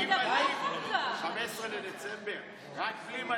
מ-15 בדצמבר 2022. רק בלי מדים.